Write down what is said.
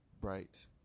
bright